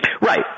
Right